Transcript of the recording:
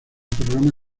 programa